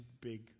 big